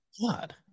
God